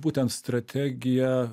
būtent strategija